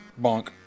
Bonk